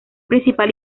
principal